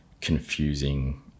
confusing